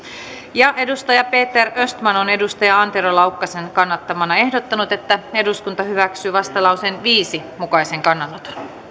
peter östman on antero laukkasen kannattamana ehdottanut että eduskunta hyväksyy vastalauseen viiden mukaisen kannanoton